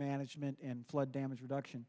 management and flood damage reduction